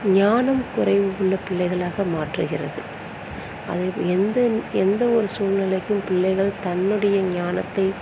ஞானம் குறைவு உள்ள பிள்ளைகளாக மாற்றுகிறது அது எந்த எந்த ஒரு சூழ்நிலைக்கும் பிள்ளைகள் தன்னுடைய ஞானத்தை